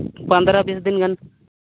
ᱯᱚᱱᱨᱚ ᱵᱤᱥ ᱫᱤᱱ ᱜᱟᱱ